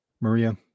Maria